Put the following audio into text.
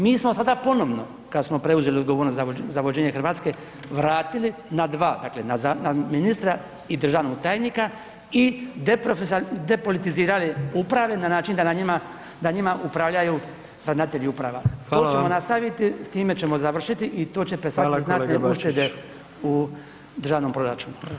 Mi smo sada ponovno, kad smo preuzeli odgovornost na vođenje Hrvatske vratili na 2, dakle na ministra i državnog tajnika i depolitizirali uprave na način da na njima, da njima upravljaju ravnatelji uprava [[Upadica: Hvala vam.]] to ćemo nastaviti, s time ćemo završiti i to će predstavljat [[Upadica: Hvala kolega Bačić.]] znatne uštede u državnom proračunu.